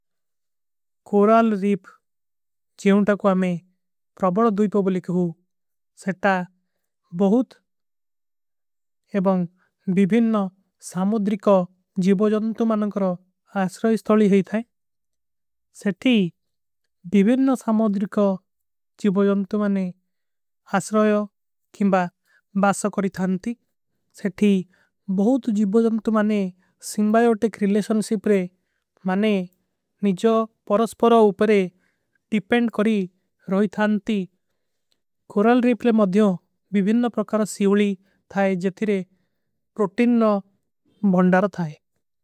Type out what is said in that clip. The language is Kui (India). Coral reef ଜେଵନ୍ଟା କୋ ଆମେ ପ୍ରବଡ ଦୁଈ ପବ୍ଲିକ ହୁଁ। ସେ ତା ବହୁତ ଏବଂଗ ଵିଵିନ୍ନ ସାମୋଧ୍ରିକ ଜୀଵଜନ୍ତ ମନନ। କର ଆଶ୍ରାଯ ସ୍ଥାଲୀ ହୈ ଥାଈ। ସେ ଥୀ ଵିଵିନ୍ନ ସାମୋଧ୍ରିକ। ଜୀଵଜନ୍ତ ମନନେ ଆଶ୍ରାଯ କିଂବା ବାସ୍ଚା କରୀ ଥାନତୀ। ସେ ଥୀ ବହୁତ ଜୀଵଜନ୍ତ ମନନେ ସିଂବାଯୋଟେକ ରିଲେଶନ୍ସିପ। ରେ ମନନେ ନିଜଵ ପରସପରଵ ଉପରେ ଡିପେଂଡ କରୀ ରହୀ। ଥାନତୀ କୋରାଲ ରୀପ ଲେ ମଦ୍ଯୋଂ ଵିଵିନ୍ନ ପ୍ରକାର ସିଵଲୀ। ଥାଈ ଜେତିରେ ପ୍ରୋଟୀନ ନ ବଂଡାର ଥାଈ।